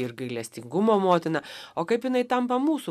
ir gailestingumo motina o kaip jinai tampa mūsų